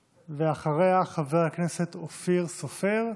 ואחריה, חבר הכנסת אופיר סופר,